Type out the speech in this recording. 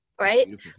right